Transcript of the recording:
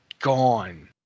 gone